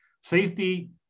safety